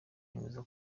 yemeza